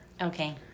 Okay